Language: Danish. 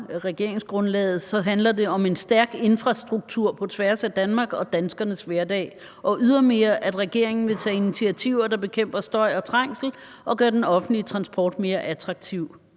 regeringsgrundlaget, handler det om en stærk infrastruktur på tværs af Danmark og om danskernes hverdag og ydermere om, at regeringen vil tage initiativer, der bekæmper støj og trængsel, og gøre den offentlige transport mere attraktiv.